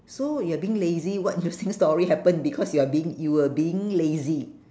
so you're being lazy what interesting story happen because you are being you were being lazy